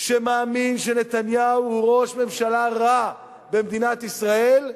שמאמין שנתניהו הוא ראש ממשלה רע במדינת ישראל להתאחד,